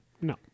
No